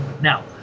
Now